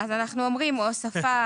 אז אנחנו אומרים הוספה